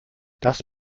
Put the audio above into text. das